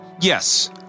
yes